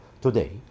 today